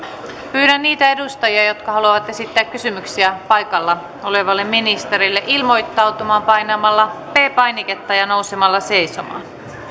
pyydän niitä edustajia jotka haluavat esittää kysymyksiä paikalla olevalle ministerille ilmoittautumaan painamalla p painiketta ja nousemalla seisomaan